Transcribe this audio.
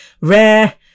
rare